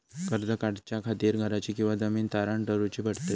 कर्ज काढच्या खातीर घराची किंवा जमीन तारण दवरूची पडतली?